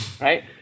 right